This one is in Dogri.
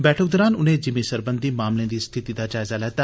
बैठक दौरान उनें ज़िमी सरबंधी मामलें दी स्थिति दा जायजा लैता